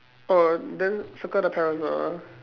oh then circle the parasol